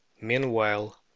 Meanwhile